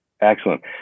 Excellent